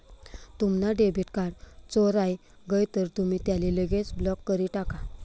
तुम्हना debit card चोराय गय तर तुमी त्याले लगेच ब्लॉक करी टाका